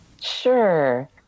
Sure